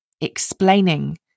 explaining